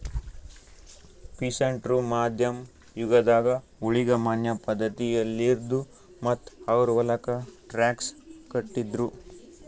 peasant ರು ಮಧ್ಯಮ್ ಯುಗದಾಗ್ ಊಳಿಗಮಾನ್ಯ ಪಧ್ಧತಿಯಲ್ಲಿದ್ರು ಮತ್ತ್ ಅವ್ರ್ ಹೊಲಕ್ಕ ಟ್ಯಾಕ್ಸ್ ಕಟ್ಟಿದ್ರು